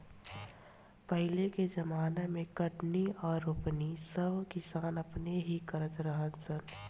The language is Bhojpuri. पहिले के ज़माना मे कटनी आ रोपनी सब किसान अपने से करत रहा सन